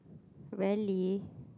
rarely